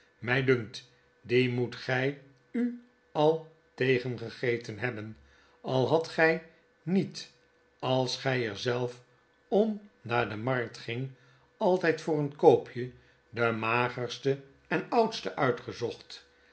mij dunkt die moet gy u al tegengegeten hebben al hadt gy niet als gy er zelf om naar de markt gingt altyd voor een koopje de magerste en oudste uitgezocht